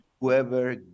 whoever